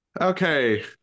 okay